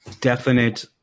definite